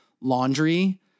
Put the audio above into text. laundry